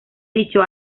dicho